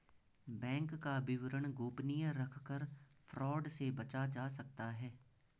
bank का विवरण गोपनीय रखकर फ्रॉड से बचा जा सकता है